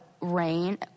rain